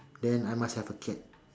then I must have a cat